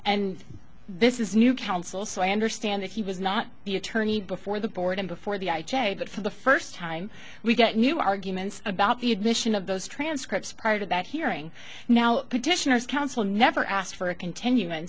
and this is new counsel so i understand that he was not the attorney before the board and before the i j a but for the first time we got new arguments about the admission of those transcripts part of that hearing now petitioners counsel never asked for a continu